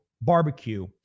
barbecue